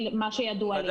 ofot.org.il (להלן,